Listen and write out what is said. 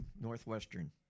Northwestern